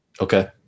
okay